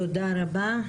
תודה רבה.